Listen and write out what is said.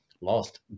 lost